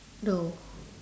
no